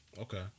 Okay